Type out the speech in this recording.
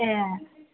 ए